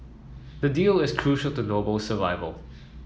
the deal is crucial to Noble survival